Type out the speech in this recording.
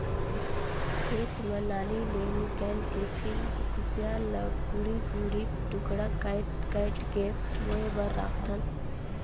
खेत म नाली ले निकायल के फिर खुसियार ल दूढ़ी दूढ़ी टुकड़ा कायट कायट के बोए बर राखथन